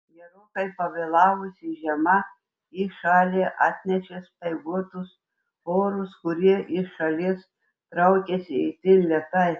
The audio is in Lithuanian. gerokai pavėlavusi žiema į šalį atnešė speiguotus orus kurie iš šalies traukiasi itin lėtai